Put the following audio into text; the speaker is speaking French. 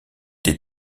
des